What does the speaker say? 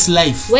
life